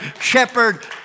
shepherd